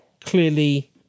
clearly